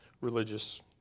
religious